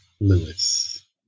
Lewis